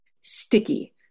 sticky